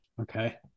Okay